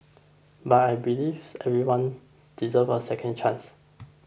but I believes everyone deserves a second chance